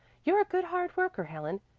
you're a good hard worker, helen.